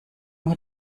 nur